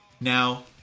Now